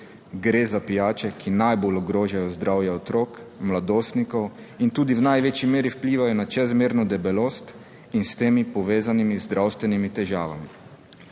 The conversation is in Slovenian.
gre za pijače, ki najbolj ogrožajo zdravje otrok, mladostnikov in tudi v največji meri vplivajo na čezmerno debelost in s tem povezanimi z zdravstvenimi težavami.